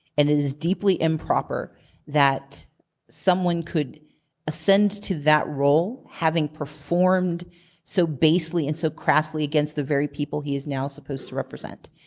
and it is deeply improper that someone could ascend to that role having performed so basely and so crassly against the very people he is now supposed to represent.